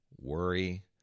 worry